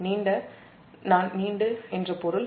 நீண்ட நான் நீண்ட என்று பொருள்